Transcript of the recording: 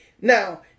Now